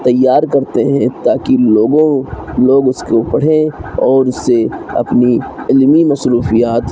تیار کرتے ہیں تاکہ لوگوں لوگ اس کو پرھیں اور اس سے اپنی علمی مصروفیات